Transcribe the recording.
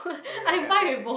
okay lah I take I take I take